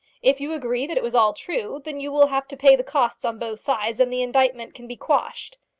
if you agree that it was all true, then you will have to pay the costs on both sides, and the indictment can be quashed.